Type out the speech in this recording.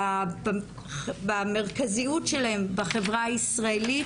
- במרכזיות שלהם בחברה הישראלית.